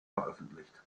veröffentlicht